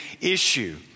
issue